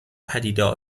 پدیدار